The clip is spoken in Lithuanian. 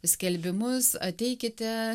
skelbimus ateikite